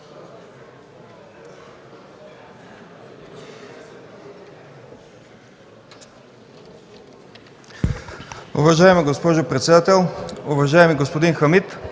Уважаема госпожо председател, уважаеми господин Хамид!